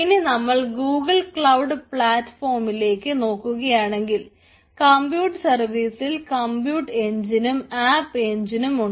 ഇനി നമ്മൾ Google cloud പളാറ്റ് ഫോമിലേക് നോക്കുകയാണെങ്കിൽ കംപ്യൂട്ട് സർവീസിൽ കംപ്യൂട്ട് എൻജിനും ആപ്പ് എൻജിനും ഉണ്ട്